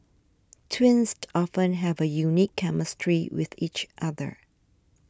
twins often have a unique chemistry with each other